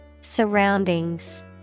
Surroundings